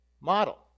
model